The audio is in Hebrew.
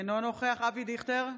אינו נוכח אבי דיכטר,